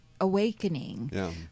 awakening